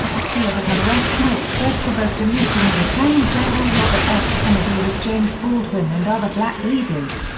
fear that unrest might spread provoked a meeting of attorney general robert f. kennedy with james baldwin and other black leaders.